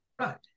Right